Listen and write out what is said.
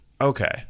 Okay